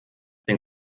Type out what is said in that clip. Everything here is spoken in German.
den